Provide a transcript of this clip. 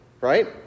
right